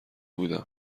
بودیم